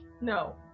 No